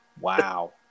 Wow